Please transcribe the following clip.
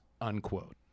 unquote